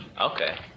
okay